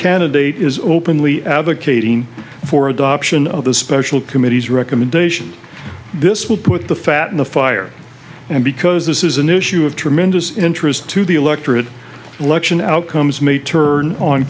candidate is openly advocating for adoption of the special committee's recommendations this will put the fat in the fire and because this is an issue of tremendous interest to the electorate election outcomes may turn on